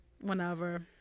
whenever